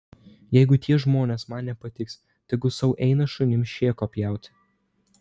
jeigu tie žmonės man nepatiks tegul sau eina šunims šėko pjauti